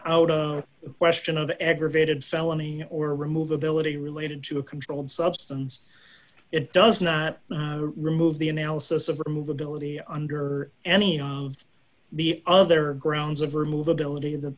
the question of aggravated felony or remove ability related to a controlled substance it does not remove the analysis of movability under any of the other grounds of remove ability that the